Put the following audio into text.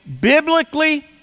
biblically